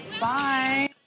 Bye